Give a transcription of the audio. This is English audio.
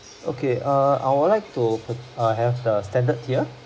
okay err I would like to pur~ have the standard tier